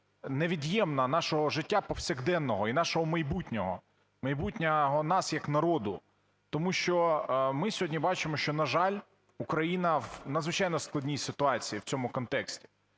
невід'ємна нашого життя повсякденного і нашого майбутнього – майбутнього нас як народу. Тому що ми сьогодні бачимо, що, на жаль, Україна в надзвичайно складній ситуації в цьому контексті.